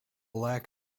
lack